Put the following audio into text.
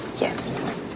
Yes